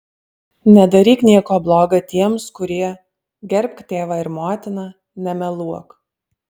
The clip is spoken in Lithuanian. nedaryk nieko bloga tiems kurie gerbk tėvą ir motiną nemeluok